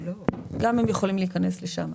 גם הם יכולים להיכנס לשם.